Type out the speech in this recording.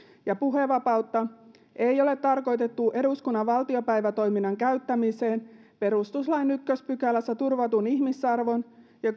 ja puhevapautta ei ole tarkoitettu eduskunnan valtiopäivätoiminnan käyttämiseen perustuslain ensimmäisessä pykälässä turvatun ihmisarvon ja